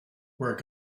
where